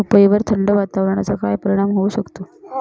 पपईवर थंड वातावरणाचा काय परिणाम होऊ शकतो?